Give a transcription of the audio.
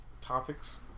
topics